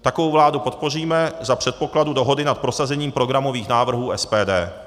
Takovou vládu podpoříme za předpokladu dohody nad prosazením programových návrhů SPD.